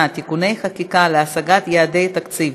(תיקוני חקיקה להשגת יעדי התקציב)